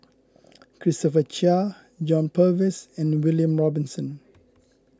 Christopher Chia John Purvis and William Robinson